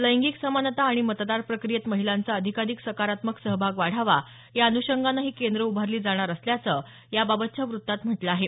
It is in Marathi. लैंगिक समानता आणि मतदार प्रक्रियेत महिलांचा अधिकाधिक सकारात्मक सहभाग वाढावा या अनूषंगानं ही केंद्रं उभारली जाणार असल्याचं याबाबतच्या वृत्तात म्हटलं आहे